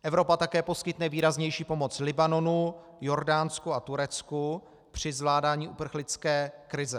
Evropa také poskytne výraznější pomoc Libanonu, Jordánsku a Turecku při zvládání uprchlické krize.